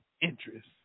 interest